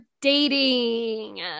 dating